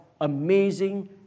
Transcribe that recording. amazing